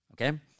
Okay